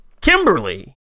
Kimberly